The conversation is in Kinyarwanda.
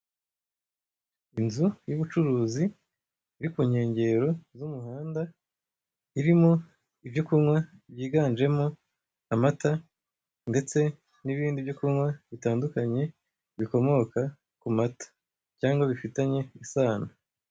Inzu y'ubucuruzi iri kunyengero z'umuhanda irimo ibyokunkwa byiganjemo amata ndetse n'ibindi byokunkwa bitandukanye bikomoka kumata cyangwa bifitanye isano.